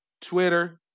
Twitter